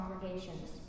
congregations